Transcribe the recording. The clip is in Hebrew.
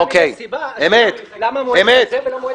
אם יש סיבה, אז למה מועד כזה ולא מועד אחר?